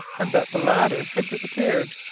and that the latter had disappeared.